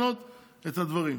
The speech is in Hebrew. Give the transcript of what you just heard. לשנות את הדברים.